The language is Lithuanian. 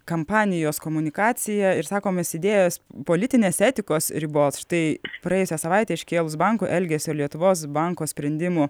kampanijos komunikacija ir sakomos idėjos politinės etikos ribos štai praėjusią savaitę iškėlus banko elgesio lietuvos banko sprendimų